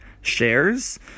shares